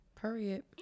period